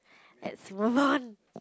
let's move on